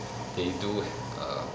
they do err